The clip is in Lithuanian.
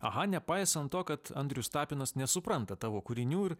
aha nepaisant to kad andrius tapinas nesupranta tavo kūrinių ir